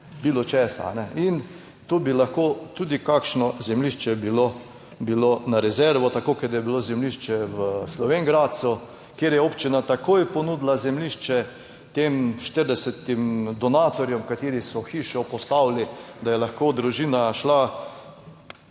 bilo česa in tu bi lahko tudi kakšno zemljišče bilo na rezervo, tako kot je bilo zemljišče v Slovenj Gradcu, kjer je občina takoj ponudila zemljišče tem 40 donatorjem, kateri so hišo postavili, da je lahko družina šla